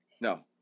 no